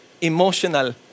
emotional